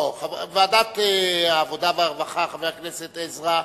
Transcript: ועדת העבודה והרווחה, חבר הכנסת עזרא,